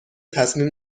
تصمیم